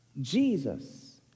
Jesus